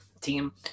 team